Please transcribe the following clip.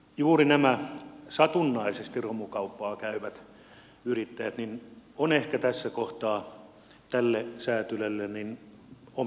juuri nämä satunnaisesti romukauppaa käyvät yrittäjät satunnainen romukauppa on ehkä tässä kohtaa ominaista tälle säätelylle